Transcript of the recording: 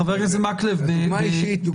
חבר הכנסת מקלב, יש אצלנו כלל בוועדה.